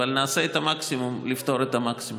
אבל נעשה את המקסימום לפתור את המקסימום.